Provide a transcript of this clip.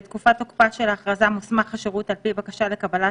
בקשה לקבלת